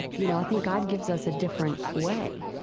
you know, i think god gives us a different way.